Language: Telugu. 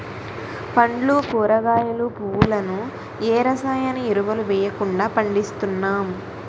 పండ్లు కూరగాయలు, పువ్వులను ఏ రసాయన ఎరువులు వెయ్యకుండా పండిస్తున్నాం